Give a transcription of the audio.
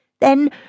then